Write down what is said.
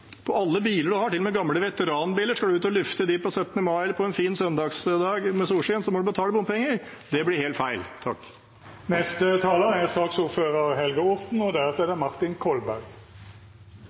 alle biler – til og med de med gamle veteranbiler. Skal man ut og lufte dem på 17. mai eller en fin søndag med solskinn, må man betale bompenger. Det blir helt feil. Det er en veldig forutsigbar debatt dette, og